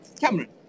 Cameron